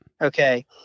Okay